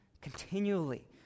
Continually